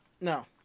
no